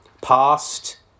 past